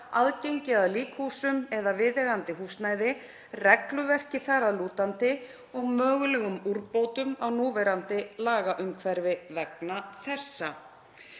aðgengi að líkhúsum eða viðeigandi húsnæði, regluverki þar að lútandi og mögulegum úrbótum á núverandi lagaumhverfi vegna þessa.